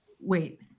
Wait